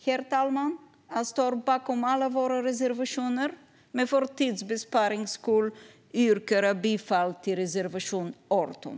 Herr talman! Jag står bakom alla våra reservationer, men för tids vinnande yrkar jag bifall endast till reservation 18.